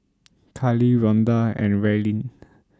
Kiley Ronda and Raelynn